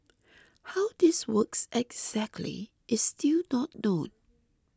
how this works exactly is still not known